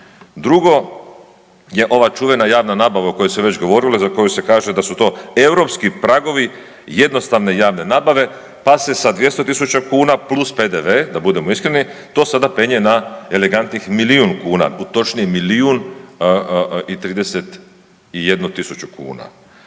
Drugo je ova čuvena javna nabava o kojoj se već govorilo i za koju se kaže da su to europski pragovi jednostavne javne nabave pa se sa 200.000 kuna plus PDV to sada penje na elegantnih milijun kuna. Točnije milijun i 31 tisuću kuna.